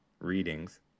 readings